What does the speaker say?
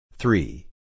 Three